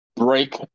Break